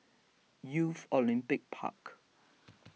Youth Olympic Park